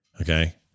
Okay